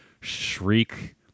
shriek